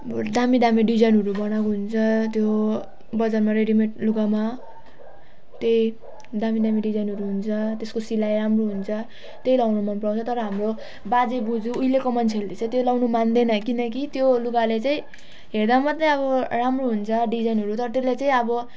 अब दामी दामी डिजाइनहरू बनाएको हुन्छ त्यो बजारमा रेडी मेड लुगामा त्यही दामी दामी डिजाइनहरू हुन्छ त्यसको सिलाइ राम्रो हुन्छ त्यही लगाउनु मन पराउनु हुन्छ तर हाम्रो बाजे बोजू उहिलेको मन्छेहरूले चाहिँ त्यो लगाउनु मान्दैन किनकि त्यो लुगाले चाहिँ हेर्दा मात्रै अब राम्रो हुन्छ डिजाइनहरू तर त्यसले चाहिँ अब